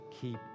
keep